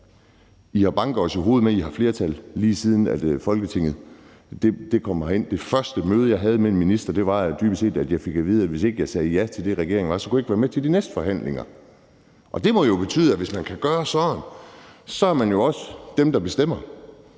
I har banket os i hovedet med, at I har flertal, lige siden Folketinget blev sat, og på det første møde, jeg havde med en minister, fik jeg at vide, at hvis ikke jeg sagde ja til det, regeringen kom med, kunne jeg ikke være med til de næste forhandlinger. Og det må jo betyde, at hvis man kan gøre sådan, er man også dem, der bestemmer,